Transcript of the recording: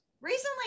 recently